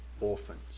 orphans